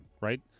right